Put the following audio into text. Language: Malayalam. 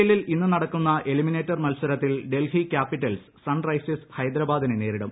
എല്ലിൽ ഇന്ന് നട്ക്കുന്ന എലിമിനേറ്റർ മത്സരത്തിൽ ഡൽഹി ക്യാപ്പിറ്റൽസ് സൺ റൈസേഴ്സ് ഹൈദരാബാദിനെ നേരിടും